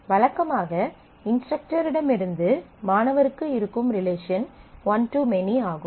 வழக்கமாக இன்ஸ்ட்ரக்டரிடமிருந்து மாணவருக்கு இருக்கும் ரிலேஷன் ஒன் டு மெனி ஆகும்